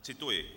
Cituji: